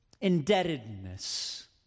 indebtedness